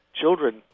Children